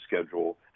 schedule